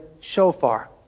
shofar